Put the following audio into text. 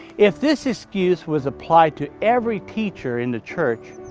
if this excuse was applied to every teacher in the church,